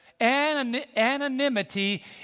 anonymity